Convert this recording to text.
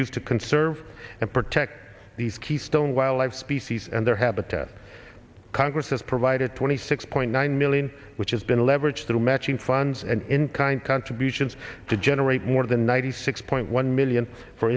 used to conserve and protect these keystone wildlife species and their habitat congress has provided twenty six point nine million which has been leverage through matching funds and in kind contributions to generate more than ninety six point one million for